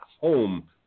home